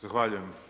Zahvaljujem.